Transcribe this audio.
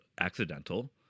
accidental